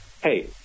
Hey